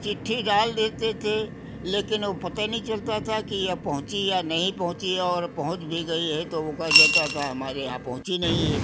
चिट्ठी डाल देते थे लेकिन ओ पता नहीं चलता था कि अब पहुँची या नहीं पहुँची और पहुँची भी गई है तो वो कह देता था हमारे यहाँ पहुँची नहीं है